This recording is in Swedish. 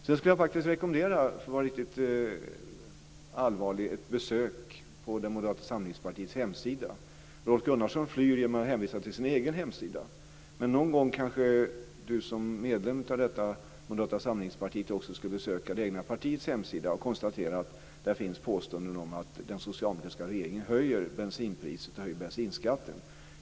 Sedan vill jag faktiskt rekommendera, för att vara riktigt allvarlig, ett besök på Moderata samlingspartiets hemsida. Rolf Gunnarsson flyr genom att hänvisa till sin egen hemsida. Men någon gång kanske han som medlem i detta moderata samlingsparti också skulle besöka det egna partiets hemsida och konstatera att det där finns påståenden om att den socialdemokratiska regeringen höjer bensinpriset, höjer bensinskatten.